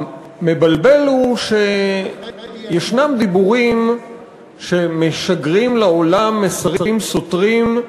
המבלבל הוא שיש דיבורים שמשגרים לעולם מסרים סותרים,